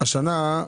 השנה